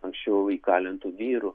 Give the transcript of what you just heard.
anksčiau įkalintų vyrų